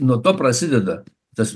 nuo to prasideda tas